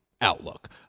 outlook